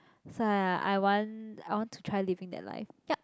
thats why ah I want I want to try living that life yup